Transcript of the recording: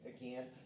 again